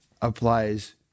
applies